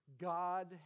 God